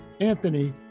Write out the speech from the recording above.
Anthony